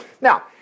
Now